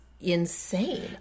insane